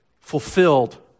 fulfilled